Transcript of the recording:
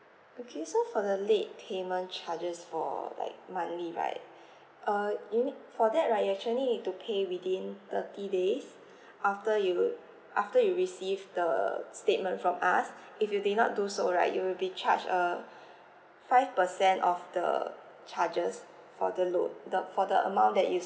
okay so for the late payment charges for like monthly right err you need for that right actually you need to pay within thirty days after you after you receive the statement from us if you did not do so right you will be charged uh five percent of the charges for the look the for the amount that you